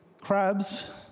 crabs